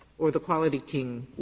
or the quality king